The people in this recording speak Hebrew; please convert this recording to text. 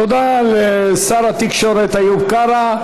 תודה לשר התקשורת איוב קרא.